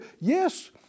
Yes